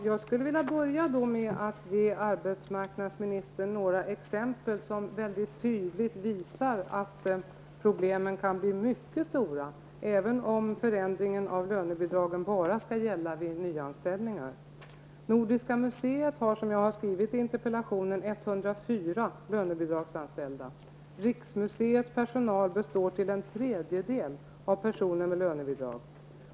Herr talman! Jag vill börja med att ge arbetsmarknadsministern några exempel som tydligt visar att problemen kan bli mycket stora, även om förändringen av lönebidragen bara skall gälla vid nyanställningar. Nordiska museet har, som jag skrivit i interpellationen, 104 lönebidragsanställda. Riksmuseets personal består till en tredjedel av personer med lönebidrag.